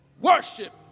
worship